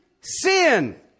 sin